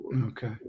Okay